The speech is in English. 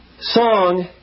song